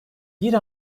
bir